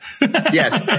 Yes